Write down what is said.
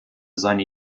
seine